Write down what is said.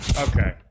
Okay